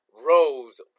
rose